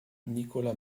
nicolas